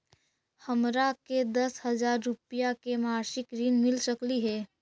हमरा के दस हजार रुपया के मासिक ऋण मिल सकली हे?